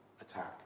attack